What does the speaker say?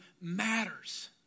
matters